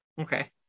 Okay